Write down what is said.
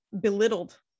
belittled